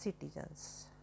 citizens